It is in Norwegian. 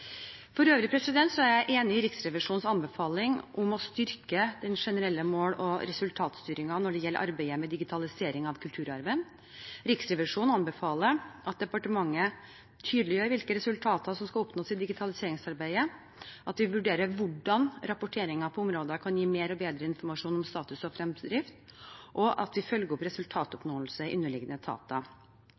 er jeg enig i Riksrevisjonens anbefaling om å styrke den generelle mål- og resultatstyringen når det gjelder arbeidet med digitalisering av kulturarven. Riksrevisjonen anbefaler at departementet tydeliggjør hvilke resultater som skal oppnås i digitaliseringsarbeidet, at vi vurderer hvordan rapporteringen på områder kan gi mer og bedre informasjon om status og fremdrift, at vi følger opp resultatoppnåelsen i underliggende etater